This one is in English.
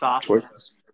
choices